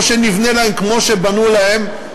או שנבנה להם כמו שבנו להם,